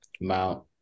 Mount